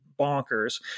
bonkers